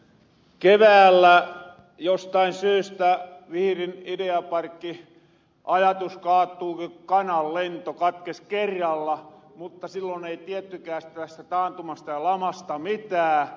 keväällä jostain syystä vihrin ideaparkki ajatus kaatu ku kananlento katkes kerralla mutta sillon ei tiettykään tästä taantumasta ja lamasta mitää